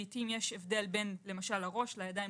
לעתים יש הבדל בין הראש לידיים,